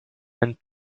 and